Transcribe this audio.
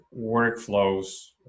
workflows